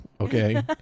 okay